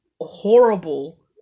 horrible